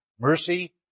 Mercy